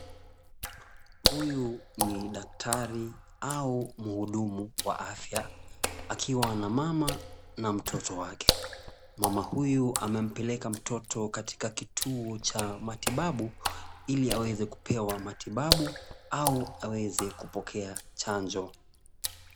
Huyu ni daktari au mhudumu wa afya, akiwa na mama na mtoto wake. Mama huyu amempeleka mtoto katika kituo cha matibabu ili aweze kupewa matibabu au aweze kupokea chanjo.